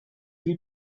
you